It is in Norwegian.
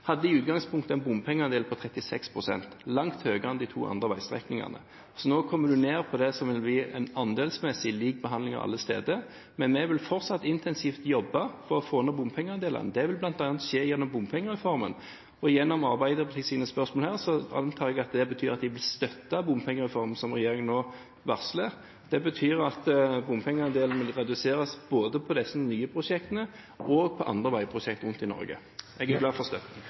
hadde i utgangspunktet en bompengeandel på 36 pst., langt høyere en de to andre veistrekningene. Nå kommer du ned på det som blir en andelsmessig lik behandling av alle steder. Men vi vil fortsatt intensivt jobbe for å få ned bompengeandelen. Det vil bl.a. skje gjennom bompengereformen. Ut fra Arbeiderpartiets spørsmål her antar jeg at de vil støtte bompengereformen som regjeringen nå varsler. Det betyr at bompengeandelen reduseres både på de nye prosjektene og på andre veiprosjekter rundt i Norge. Jeg er glad for støtten!